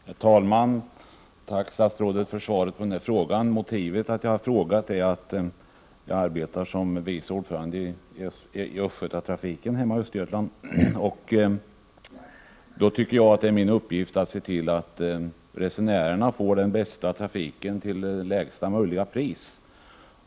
Herr talman! Tack för svaret på frågan, statsrådet! Motivet till frågan är att jag arbetar som vice ordförande i ÖstgötaTrafiken hemma i Östergötland och anser att det därför är min uppgift att se till att resenärerna får den bästa trafiken till lägsta möjliga pris.